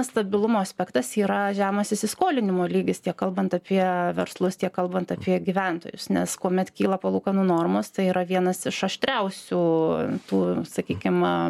stabilumo aspektas yra žemas įsiskolinimo lygis tiek kalbant apie verslus tiek kalbant apie gyventojus nes kuomet kyla palūkanų normos tai yra vienas iš aštriausių tų sakykim